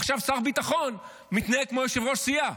עכשיו שר ביטחון מתנהג כמו יושב-ראש סיעה,